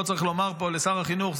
לא צריך לומר פה לשר החינוך,